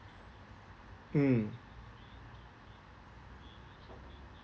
mm